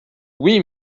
oui